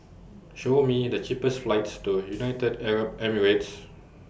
Show Me The cheapest flights to United Arab Emirates